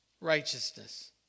righteousness